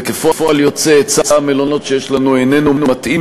וכפועל יוצא היצע המלונות שיש לנו איננו מתאים